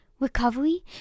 recovery